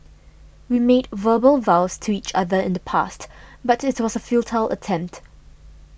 we made verbal vows to each other in the past but it was a futile attempt